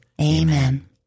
Amen